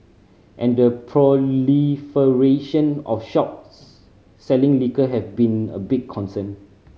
and the proliferation of shops selling liquor have been a big concern